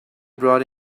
brought